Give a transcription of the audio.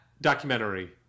documentary